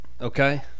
Okay